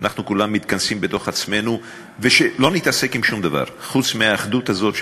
אנחנו כולנו מתכנסים בתוך עצמנו ושלא נתעסק בשום דבר חוץ מהאחדות הזאת,